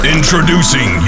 Introducing